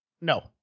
no